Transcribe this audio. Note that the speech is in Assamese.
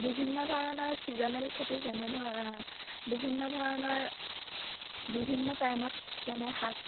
বিভিন্ন ধৰণৰ চিজ'নেল খেতি যেনে ধৰ বিভিন্ন ধৰণৰ বিভিন্ন টাইমত যেনে শাক